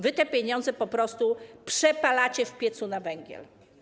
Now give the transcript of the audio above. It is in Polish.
Wy te pieniądze po prostu przepalacie w piecu na węgiel.